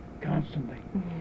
constantly